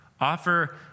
offer